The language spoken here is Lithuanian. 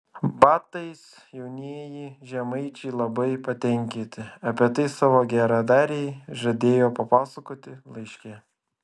batais jaunieji žemaičiai labai patenkinti apie tai savo geradarei žadėjo papasakoti laiške